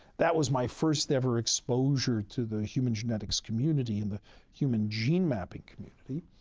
that was my first ever exposure to the human genetics community and the human gene mapping community.